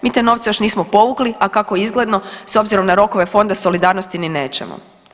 Mi te novce još nismo povukli, a kako je izgledno s obzirom na rokove Fonda solidarnosti ni nećemo.